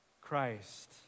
Christ